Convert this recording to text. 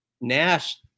Nash